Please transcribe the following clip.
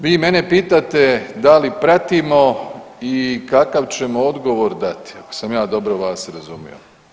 Vi mene pitate da li pratimo i kakav ćemo odgovor dati, ako sam ja dobro vas razumio?